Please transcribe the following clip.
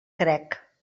crec